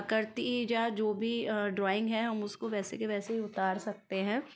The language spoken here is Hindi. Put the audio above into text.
करती ही जा जो भी ड्राइंग है हम उसको वैसे के वैसे ही उतार सकते हैं